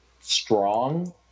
strong